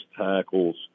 tackles